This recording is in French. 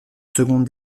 seconde